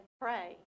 pray